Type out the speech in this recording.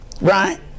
right